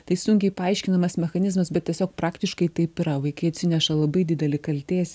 tai sunkiai paaiškinamas mechanizmas bet tiesiog praktiškai taip yra vaikai atsineša labai didelį kaltės